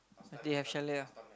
they have chalet ah